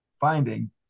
finding